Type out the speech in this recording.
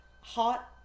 Hot